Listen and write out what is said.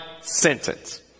sentence